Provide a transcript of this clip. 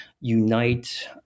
unite